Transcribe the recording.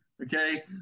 Okay